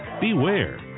beware